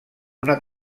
una